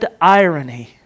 irony